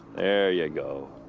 there you go.